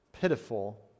pitiful